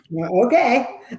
Okay